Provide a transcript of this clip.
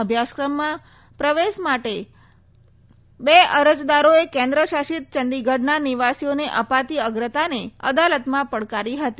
અભ્યાસક્રમમાં પ્રવેશ માટે બે અરજદારોએ કેન્દ્ર શાસિત ચંડીગઢના નિવાસીઓને અપાતી અગ્રતાને અદાલતમાં પડકારી હતી